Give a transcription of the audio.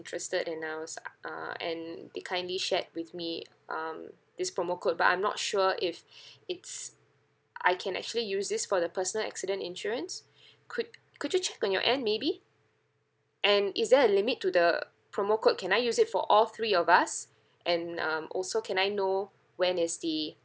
interested and I was uh and they kindly shared with me um this promo code but I'm not sure if it's I can actually use this for the personal accident insurance could could you check on your end maybe and is there a limit to the promo code can I use it for all three of us and um also can I know when is the